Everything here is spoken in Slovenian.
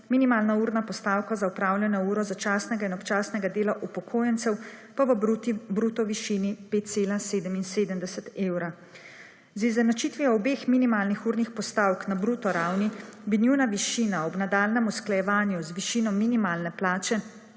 Minimalna urna postavka za opravljeno uro začasnega in občasnega dela upokojencev, pa v bruto višini 5,77 evra. Z izenačitvijo obeh minimalnih urnih postavk na bruto ravni, bi njuna višina ob nadaljnjem usklajevanju z višino minimalne plače